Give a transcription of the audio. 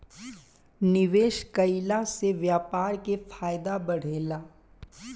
निवेश कईला से व्यापार के फायदा बढ़ेला